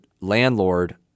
landlord